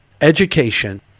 Education